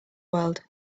world